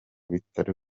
bitaro